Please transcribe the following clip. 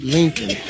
Lincoln